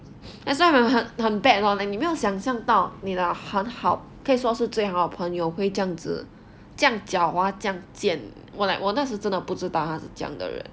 that's why 很 bad lor like 你没有想象到你的很好可以说是最好的朋友会这样子这样狡猾这样贱我 like 我那时真的不知道他是这样的人